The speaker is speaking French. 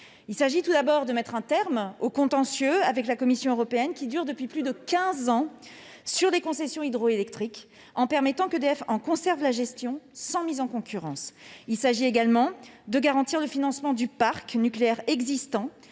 Il s'agit, tout d'abord, de mettre un terme au contentieux avec la Commission européenne, qui dure depuis plus de quinze ans, sur les concessions hydroélectriques, en permettant qu'EDF en conserve la gestion sans mise en concurrence. Il s'agit également de garantir le financement du parc nucléaire existant,